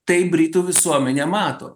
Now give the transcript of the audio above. tai britų visuomenė mato